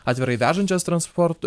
atvirai vežančias transporto